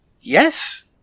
Yes